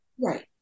Right